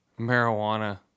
marijuana